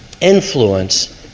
influence